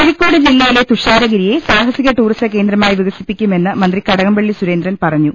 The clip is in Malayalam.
കോഴിക്കോട് ജില്ലയിലെ തുഷാരഗിരിയെ സാഹസിക ടൂറിസം കേന്ദ്രമായി വികസിപ്പിക്കുമെന്ന് മന്ത്രി കടകംപള്ളി സുരേന്ദ്രൻ പറഞ്ഞു